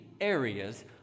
areas